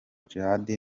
djihad